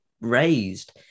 raised